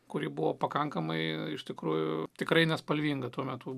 kuri buvo pakankamai iš tikrųjų tikrai nespalvinga tuo metu